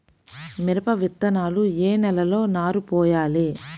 మిరప విత్తనాలు ఏ నెలలో నారు పోయాలి?